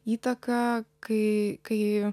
įtaka kai kai